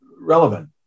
relevant